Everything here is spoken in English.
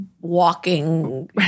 walking